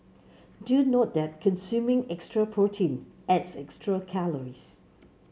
do note that consuming extra protein adds extra calories